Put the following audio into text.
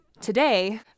today